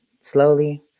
slowly